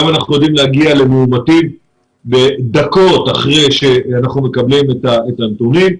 היום אנחנו יכולים להגיע למאומתים בדקות אחרי שאנחנו מקבלים את הנתונים,